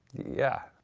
yeah,